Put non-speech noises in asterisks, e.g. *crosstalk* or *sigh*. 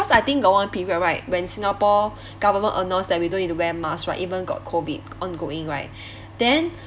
cause I think got one period right when singapore *breath* government announced that we don't need to wear mask right even got COVID ongoing right *breath* then